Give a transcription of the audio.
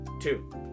Two